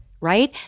right